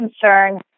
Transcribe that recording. concern